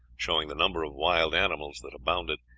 showing the number of wild animals that abounded,